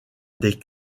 des